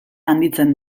handitzen